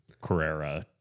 Carrera